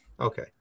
okay